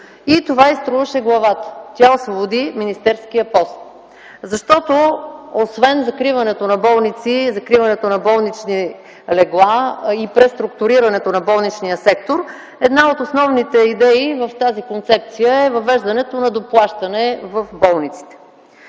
и това й струваше главата! Тя освободи министерският пост, защото освен закриването на болници, закриването на болнични легла и преструктуриране на болничния сектор, една от основните идеи в тази концепция е въвеждането на доплащане в болниците.